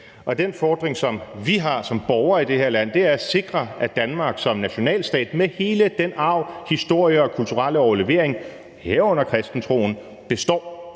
den fordring, som vi har som borgere i det her land, er at sikre, at Danmark som nationalstat med hele den arv, historie og kulturelle overlevering, herunder kristentroen, består